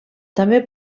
també